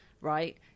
right